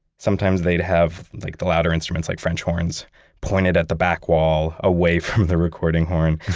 sometimes they'd have like the louder instruments like french horns pointed at the back wall away from the recording horn.